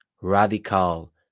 radical